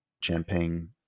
Champagne